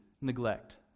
neglect